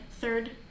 third